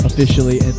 Officially